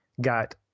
got